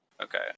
Okay